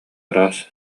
ыраас